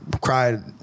cried